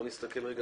אז נקיים הקראה